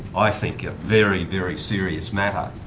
i think a very, very serious matter.